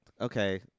Okay